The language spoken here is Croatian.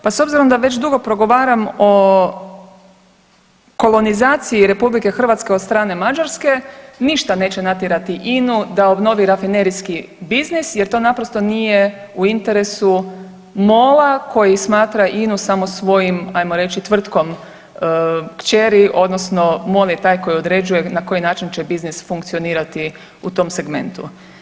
Pa s obzirom da već dugo progovaram o kolonizaciji RH od strane Mađarske ništa neće natjerati INA-u da obnovi rafinerijski biznis jer to naprosto nije u interesu MOL-a koji smatra INA-u samo svojom hajmo reći tvrtkom kćeri, odnosno MOL je taj koji određuje na koji način će biznis funkcionirati u tom segmentu.